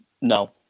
No